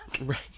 Right